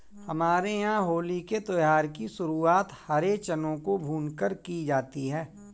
हमारे यहां होली के त्यौहार की शुरुआत हरे चनों को भूनकर की जाती है